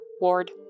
Ward